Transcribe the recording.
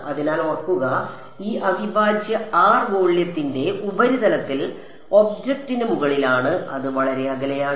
അതിനാൽ ഓർക്കുക ഈ അവിഭാജ്യ r വോള്യത്തിന്റെ ഉപരിതലത്തിൽ ഒബ്ജക്റ്റിന് മുകളിലാണ് അത് വളരെ അകലെയാണ്